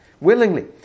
Willingly